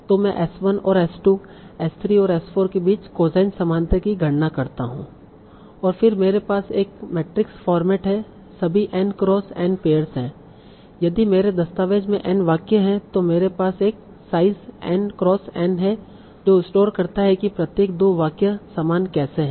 तो मैं S1 और S2 S3 और S4 के बीच कोसाइन समानता की गणना करता हूं और फिर मेरे पास एक मैट्रिक्स फॉर्मेट है सभी n क्रॉस n पेयर्स है यदि मेरे दस्तावेज़ में n वाक्य हैं तो मेरे पास एक साइज़ n क्रॉस n है जो स्टोर करता है कि प्रत्येक दो वाक्य समान कैसे हैं